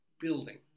building